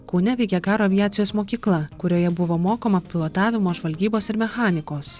kaune veikė karo aviacijos mokykla kurioje buvo mokoma pilotavimo žvalgybos ir mechanikos